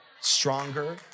stronger